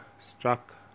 struck